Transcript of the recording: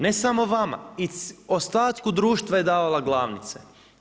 Ne samo vama i ostatku društva je davala glavnice.